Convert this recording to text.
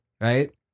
Right